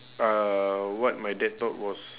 uh what my dad taught was